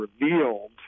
revealed